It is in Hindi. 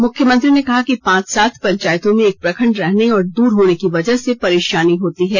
मुख्यमंत्री ने कहा है कि पांच सात पंचायतों में एक प्रखंड रहने और दूर होने की वजह से परेशानी होती है